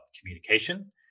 communication